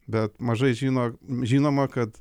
bet mažai žino žinoma kad